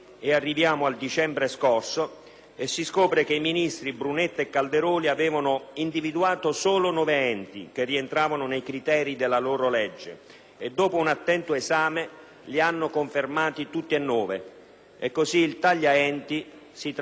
si è scoperto che i ministri Brunetta e Calderoli avevano individuato solo nove enti che rientravano nei criteri della loro legge e, dopo un attento esame, li hanno confermati tutti e nove. Così, il "taglia enti" si è trasformato in un "salva enti"